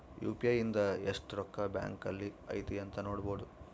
UPI ಇಂದ ಎಸ್ಟ್ ರೊಕ್ಕ ಬ್ಯಾಂಕ್ ಅಲ್ಲಿ ಐತಿ ಅಂತ ನೋಡ್ಬೊಡು